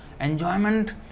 enjoyment